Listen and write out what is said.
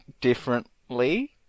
differently